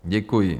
Děkuji.